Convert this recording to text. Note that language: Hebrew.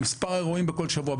במספר האירועים בכל שבוע,